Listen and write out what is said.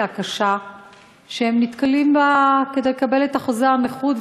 הקשה שהם נתקלים בה בפנייתם כדי לקבל את אחוזי הנכות?